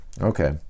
Okay